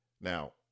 Now